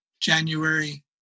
January